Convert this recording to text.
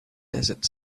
desert